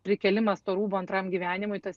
prikėlimas to rūbo antram gyvenimui tas